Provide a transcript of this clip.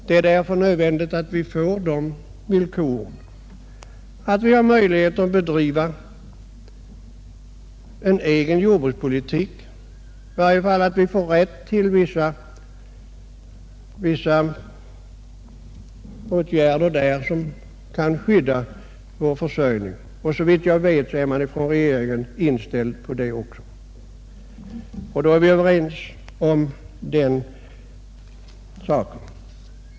Det är därför nödvändigt att vi får sådana villkor som Allmänpolitisk debatt Allmänpolitisk debatt gör det möjligt för oss att bedriva en egen jordbrukspolitik, i varje fall att vi får rätt till vissa ätgärder för att skydda vår försörjning. Såvitt jag vet är regeringen inställd på det också. Och då är vi överens om den saken.